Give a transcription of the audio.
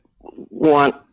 want